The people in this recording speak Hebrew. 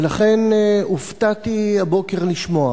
ולכן הופתעתי הבוקר לשמוע